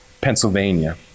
Pennsylvania